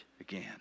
again